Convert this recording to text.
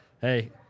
hey